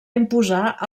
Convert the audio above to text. imposar